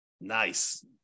Nice